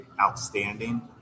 outstanding